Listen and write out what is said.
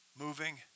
moving